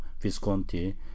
Visconti